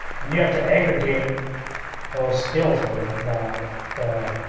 and you have to aggregate those skills or the the